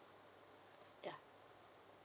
ya